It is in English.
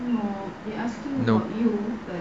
no